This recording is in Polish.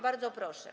Bardzo proszę.